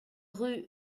rue